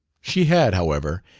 she had, however,